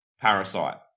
Parasite